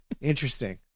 interesting